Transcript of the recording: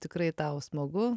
tikrai tau smagu